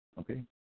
Okay